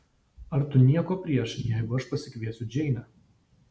ar tu nieko prieš jeigu aš pasikviesiu džeinę